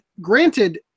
granted